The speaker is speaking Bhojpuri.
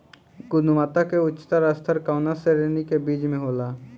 गुणवत्ता क उच्चतम स्तर कउना श्रेणी क बीज मे होला?